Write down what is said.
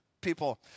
People